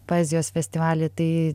poezijos festivaly tai